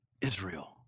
Israel